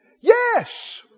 Yes